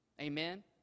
Amen